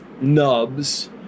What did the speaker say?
nubs